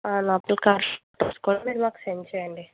ఆ లోపల కార్ మీరు నాకు సెండ్ చేయండి